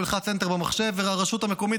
הוא ילחץ enter במחשב והרשות המקומית